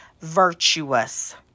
virtuous